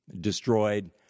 destroyed